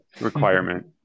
requirement